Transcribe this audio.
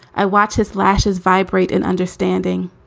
i watch his lashes vibrate and understanding.